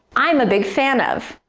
i'm a big fan of,